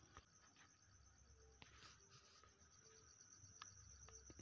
इस वर्ष के लिए भारतीय रेलवे के लिए बजटीय आवंटन सत्ताईस प्रतिशत अधिक है